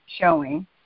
showing